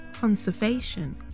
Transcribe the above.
conservation